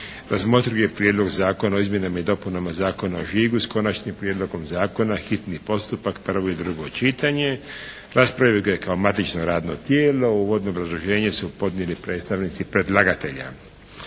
razmotrio je Prijedlog zakona o izmjenama i dopunama Zakona o žigu s konačnim prijedlogom zakona, hitni postupak, prvo i drugo čitanje. Raspravio ga je kao matično radno tijelo. Uvodno obrazloženje su podnijeli predstavnici predlagatelja.